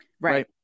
Right